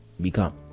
become